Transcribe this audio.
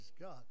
God